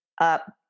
up